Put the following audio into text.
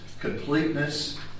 completeness